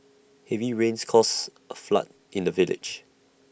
heavy rains caused A flood in the village